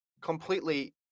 completely